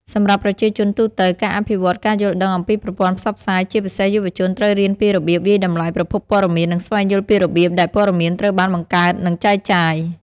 សម្រាប់ប្រជាជនទូទៅ ការអភិវឌ្ឍការយល់ដឹងអំពីប្រព័ន្ធផ្សព្វផ្សាយជាពិសេសយុវជនត្រូវរៀនពីរបៀបវាយតម្លៃប្រភពព័ត៌មាន និងស្វែងយល់ពីរបៀបដែលព័ត៌មានត្រូវបានបង្កើតនិងចែកចាយ។